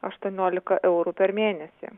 aštuoniolika eurų per mėnesį